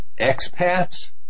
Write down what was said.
expats